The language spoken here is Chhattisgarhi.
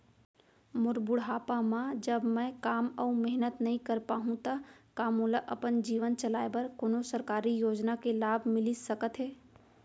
मोर बुढ़ापा मा जब मैं काम अऊ मेहनत नई कर पाहू तब का मोला अपन जीवन चलाए बर कोनो सरकारी योजना के लाभ मिलिस सकत हे?